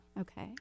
Okay